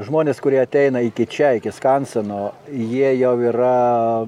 žmonės kurie ateina iki čia iki skanseno jie jau yra